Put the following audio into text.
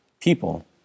people